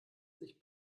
sich